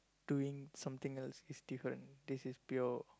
doing something else is different this is pure